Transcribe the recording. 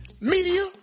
media